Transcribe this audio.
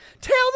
tell